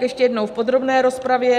Ještě jednou v podrobné rozpravě.